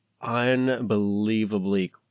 unbelievably